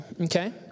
Okay